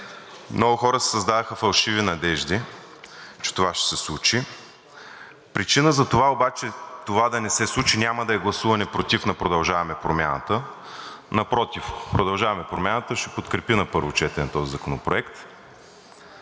Много хора си създадоха фалшиви надежди, че това ще се случи. Причина обаче това да не се случи няма да е гласуване против на „Продължаваме Промяната“. Напротив, „Продължаваме Промяната“ ще подкрепи на първо четене този законопроект.